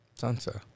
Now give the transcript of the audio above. Sansa